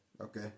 Okay